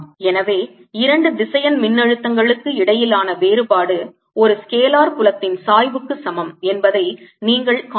எனவே இரண்டு திசையன் மின்னழுத்தங்களுக்கு இடையிலான வேறுபாடு ஒரு ஸ்கேலார் புலத்தின் சாய்வுக்கு சமம் என்பதை நீங்கள் காண்பித்தீர்கள்